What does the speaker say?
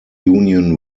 union